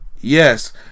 Yes